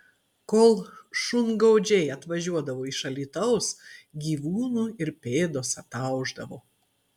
kol šungaudžiai atvažiuodavo iš alytaus gyvūnų ir pėdos ataušdavo